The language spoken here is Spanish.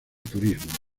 turismo